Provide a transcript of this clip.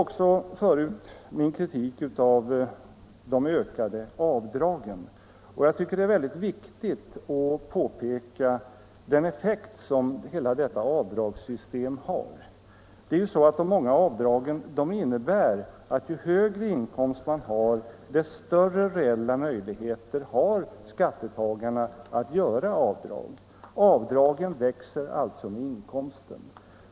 Jag tog förut också upp min kritik av de ökade avdragen, och jag tycker att det är väldigt viktigt att peka på den effekt som hela detta avdragssystem har. De många avdragen innebär att ju högre inkomst man har, dess större reella möjligheter har man att göra avdrag. Avdragen växer alltså med inkomsten.